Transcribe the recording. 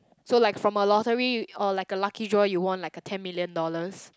so like from a lottery or like a lucky draw you won like a ten million dollars